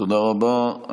תודה רבה.